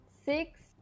Six